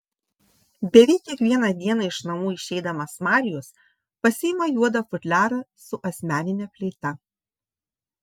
beveik kiekvieną dieną iš namų išeidamas marijus pasiima juodą futliarą su asmenine fleita